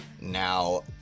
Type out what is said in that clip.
now